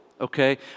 okay